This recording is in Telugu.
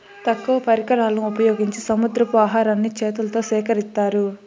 తక్కువ పరికరాలను ఉపయోగించి సముద్రపు ఆహారాన్ని చేతులతో సేకరిత్తారు